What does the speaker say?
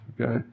okay